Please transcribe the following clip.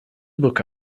book